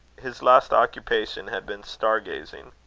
his last occupation had been star-gazing